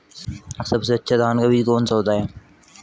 सबसे अच्छा धान का बीज कौन सा होता है?